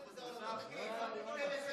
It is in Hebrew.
הוא מסכים עם הדברים.